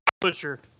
pusher